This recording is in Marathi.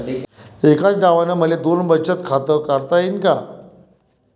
एकाच नावानं मले दोन बचत खातं काढता येईन का?